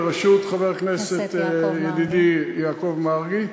בראשות חבר הכנסת ידידי יעקב מרגי,